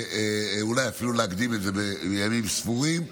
אולי אפילו להקדים את זה בימים ספורים,